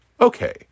Okay